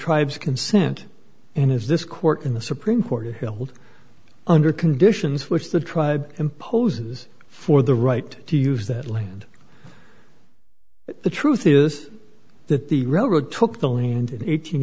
tribes consent and as this court in the supreme court held under conditions which the tribe imposes for the right to use that land the truth is that the railroad took the leaned